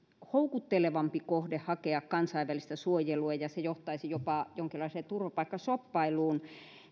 houkuttelevampi kohde hakea kansainvälistä suojelua ja se johtaisi jopa jonkinlaiseen turvapaikkashoppailuun